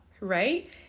right